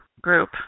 group